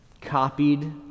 copied